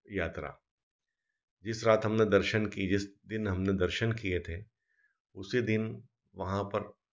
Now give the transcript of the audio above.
यात्रा जिस रात हमने दर्शन किए जिस दिन हमने दर्शन किए थे उसी दिन वहाँ पर